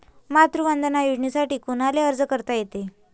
मातृवंदना योजनेसाठी कोनाले अर्ज करता येते?